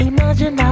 Imagine